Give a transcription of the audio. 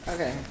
Okay